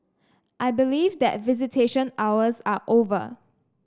I believe that visitation hours are over